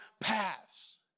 paths